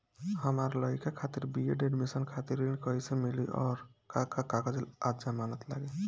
हमार लइका खातिर बी.ए एडमिशन खातिर ऋण कइसे मिली और का का कागज आ जमानत लागी?